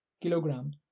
kilogram